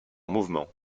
mouvement